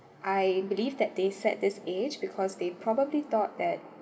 I believe that they set this age because they probably thought that